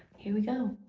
here we go.